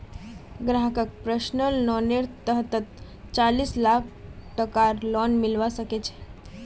ग्राहकक पर्सनल लोनेर तहतत चालीस लाख टकार लोन मिलवा सके छै